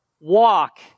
walk